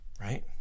right